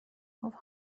گفت